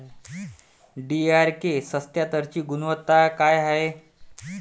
DRK सत्यात्तरची गुनवत्ता काय हाय?